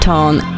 Tone